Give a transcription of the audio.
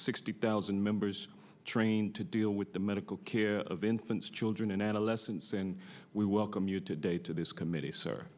sixty thousand members trained to deal with the medical care of infants children and adolescents and we welcome you today to this committee sir